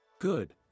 Good